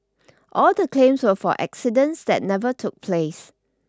all the claims were for accidents that never took place